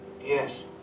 Yes